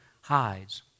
hides